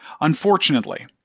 Unfortunately